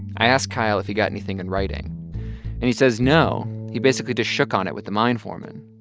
i asked kyle if he got anything in writing and he says no. he basically just shook on it with the mine foreman.